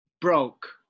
Broke